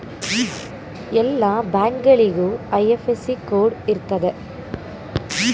ಎಲ್ಲ ಬ್ಯಾಂಕ್ಗಳಿಗೂ IFSC code ಇರ್ತದೆ